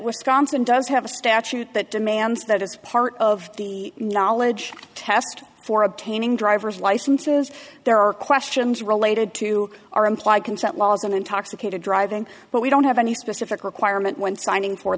and does have a statute that demands that as part of the knowledge test for obtaining driver's licenses there are questions related to our implied consent laws on intoxicated driving but we don't have any specific requirement when signing for